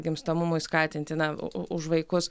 gimstamumui skatinti na u už vaikus